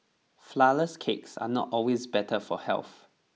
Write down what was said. flourless cakes are not always better for health